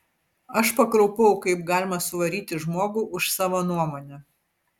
aš pakraupau kaip galima suvaryti žmogų už savo nuomonę